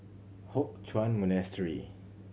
Hock Chuan Monastery